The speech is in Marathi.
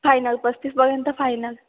फायनल पस्तीसपर्यंत फायनल